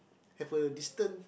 have a distant